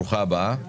ברוכה הבאה.